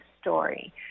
story